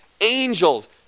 Angels